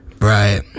right